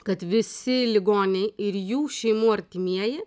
kad visi ligoniai ir jų šeimų artimieji